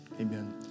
amen